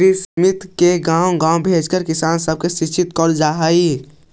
कृषिमित्र के गाँव गाँव भेजके किसान सब के शिक्षित कैल जा हई